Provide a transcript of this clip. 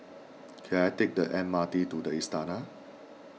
can I take the M R T to the Istana